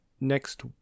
Next